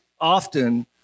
often